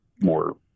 more